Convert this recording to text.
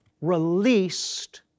released